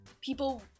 people